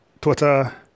Twitter